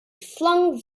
flung